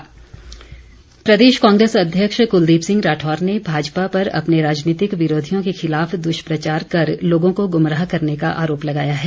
कुलदीप राठौर प्रदेश कांग्रेस अध्यक्ष कलदीप सिंह राठौर ने भाजपा पर अपने राजनीतिक विरोधियों के खिलाफ दुष्प्रचार कर लोगों को गुमराह करने का आरोप लगाया है